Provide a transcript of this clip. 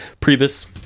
Priebus